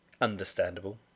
understandable